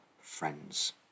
friends